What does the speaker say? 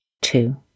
two